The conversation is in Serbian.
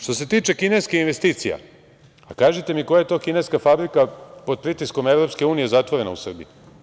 Što se tiče kineskih investicija, kažite mi koja je to kineska fabrika pod pritiskom EU zatvorena u Srbiji?